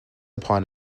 upon